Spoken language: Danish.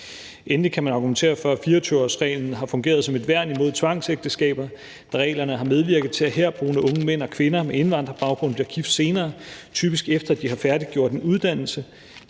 Endelig kan man argumentere for, at 24-årsreglen har fungeret som et værn imod tvangsægteskaber, da reglerne har medvirket til, at herboende unge mænd og kvinder med indvandrerbaggrund bliver gift senere, typisk efter de har færdiggjort en uddannelse.